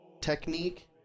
technique